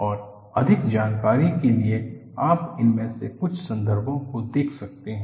और अधिक जानकारी के लिए आप इनमें से कुछ संदर्भों को देख सकते हैं